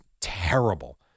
terrible